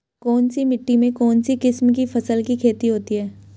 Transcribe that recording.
कौनसी मिट्टी में कौनसी किस्म की फसल की खेती होती है?